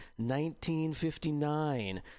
1959